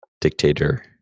dictator